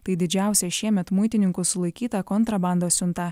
tai didžiausia šiemet muitininkų sulaikyta kontrabandos siunta